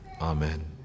Amen